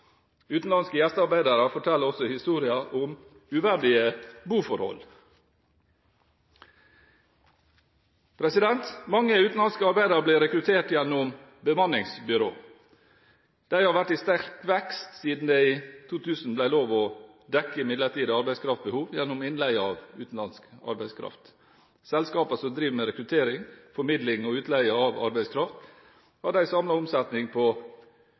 Utenlandske gjestearbeidere forteller også historier om uverdige boforhold. Mange utenlandske arbeidere blir rekruttert gjennom bemanningsbyråer. De har vært i sterk vekst siden det i 2000 ble lov å dekke midlertidig arbeidskraftbehov gjennom innleie av utenlandsk arbeidskraft. Selskaper som driver med rekruttering, formidling og utleie av arbeidskraft, hadde en samlet omsetning på